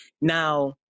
Now